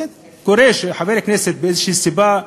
בסדר, קורה שחבר כנסת, מאיזו סיבה,